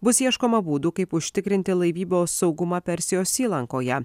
bus ieškoma būdų kaip užtikrinti laivybos saugumą persijos įlankoje